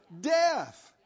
death